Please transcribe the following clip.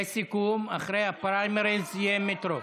לסיכום, אחרי הפריימריז יהיה מטרו.